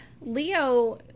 Leo